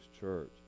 church